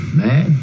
man